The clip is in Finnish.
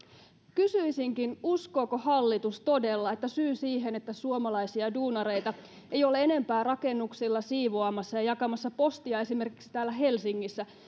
kysyisinkin uskooko hallitus todella että syy siihen että suomalaisia duunareita ei ole enempää rakennuksilla siivoamassa ja jakamassa postia esimerkiksi täällä helsingissä